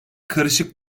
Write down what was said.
karışık